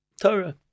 Torah